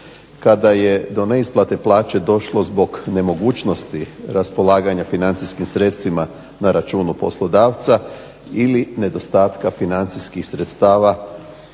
Kada je do neisplate plaće došlo do nemogućnosti raspolaganja financijskim sredstvima na računu poslodavca, ili nedostatka financijskih sredstava